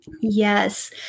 Yes